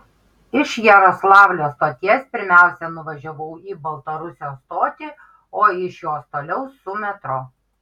iš jaroslavlio stoties pirmiausia nuvažiavau į baltarusijos stotį o iš jos toliau su metro